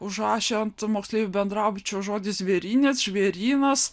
užrašė ant moksleivių bendrabučio žodį zvėrynec žvėrynas